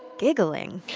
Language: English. giggling